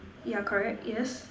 yeah correct yes